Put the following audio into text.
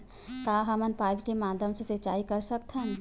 का हमन पाइप के माध्यम से सिंचाई कर सकथन?